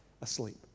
Asleep